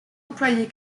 employé